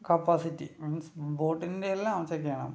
capacity means ബോട്ടിൻ്റെ എല്ലാം check ചെയ്യണം